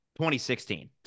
2016